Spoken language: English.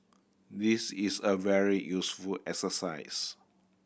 this is a very useful exercise